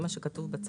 זה מה שכתוב בצו.